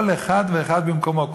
כל אחד ואחד במקומו.